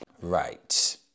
Right